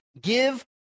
give